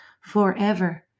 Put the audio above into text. forever